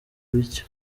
bityo